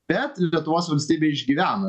bet lietuvos valstybė išgyveno